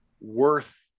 worth